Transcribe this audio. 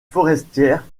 forestière